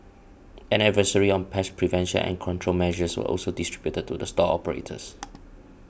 an advisory on pest prevention and control measures was also distributed to the store operators